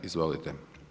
Izvolite.